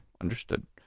understood